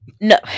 no